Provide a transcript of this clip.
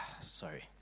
Sorry